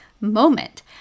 moment